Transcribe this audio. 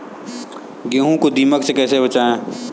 गेहूँ को दीमक से कैसे बचाएँ?